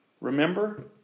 Remember